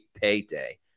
payday